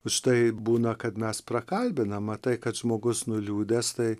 užtai būna kad mes prakalbinama tai kad žmogus nuliūdęs tai